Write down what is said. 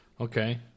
Okay